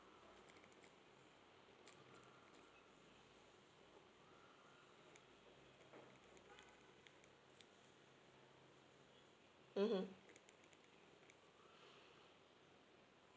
mmhmm